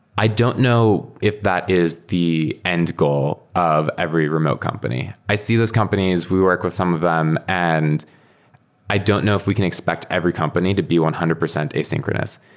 i don't know if that is the end goal of every remote company. i see these companies, we work with some of them, and i don't know if we can expect every company to be one hundred percent asynchronous.